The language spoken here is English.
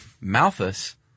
Malthus